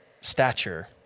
Stature